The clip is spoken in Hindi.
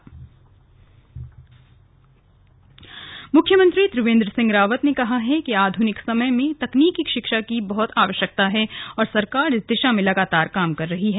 स्लग मुख्यमंत्री उदघाटन मुख्यमंत्री त्रिवेन्द्र सिंह रावत ने कहा है कि आधुनिक समय में तकनीकी शिक्षा की बहुत आवश्कता है और सरकार इस दिशा में लगातार काम कर रही है